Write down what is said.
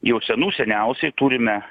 jau senų seniausiai turime